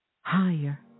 Higher